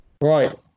Right